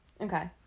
Okay